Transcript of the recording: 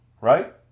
right